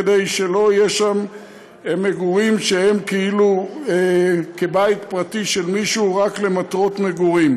כדי שלא יהיו שם מגורים שהם כאילו בית פרטי של מישהו רק למטרות מגורים.